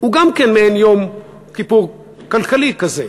הוא גם כן מעין יום-כיפור כלכלי כזה.